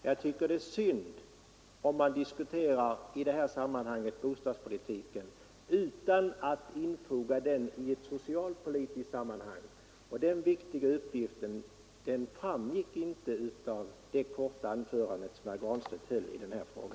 Jag tycker att det är synd om man i detta sammanhang diskuterar bostadspolitiken utan att infoga den i ett socialpolitiskt sammanhang. Herr Granstedts inställning till den viktiga uppgiften framgick inte av det korta anförande som herr Granstedt höll i denna fråga.